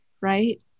right